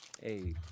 hey